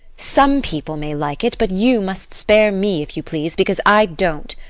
some people may like it, but you must spare me, if you please, because i don't.